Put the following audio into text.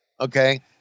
Okay